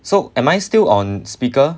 so am I still on speaker